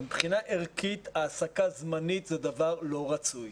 מבחינה ערכית העסקה זמנית היא דבר לא רצוי.